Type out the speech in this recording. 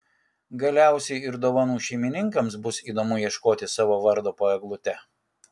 galiausiai ir dovanų šeimininkams bus įdomu ieškoti savo vardo po eglute